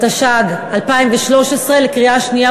כבוד היושב-ראש, תודה,